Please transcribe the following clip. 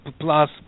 plus